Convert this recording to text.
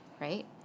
right